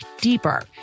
deeper